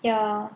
ya